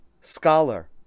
scholar